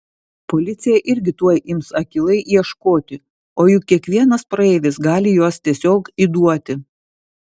policija irgi tuoj ims akylai ieškoti o juk kiekvienas praeivis gali juos tiesiog įduoti